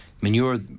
manure